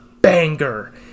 banger